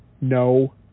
No